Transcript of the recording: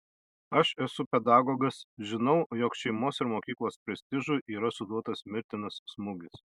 aš esu pedagogas žinau jog šeimos ir mokyklos prestižui yra suduotas mirtinas smūgis